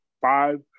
five